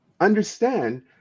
understand